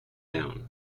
down